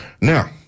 Now